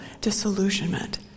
disillusionment